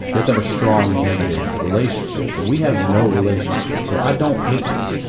yeah to have a strong, negative relationship. and we have no relationship. so i don't hate you.